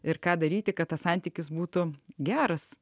ir ką daryti kad tas santykis būtų geras